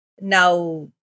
now